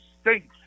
stinks